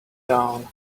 down